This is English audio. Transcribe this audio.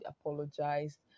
apologized